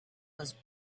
was